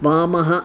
वामः